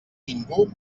ningú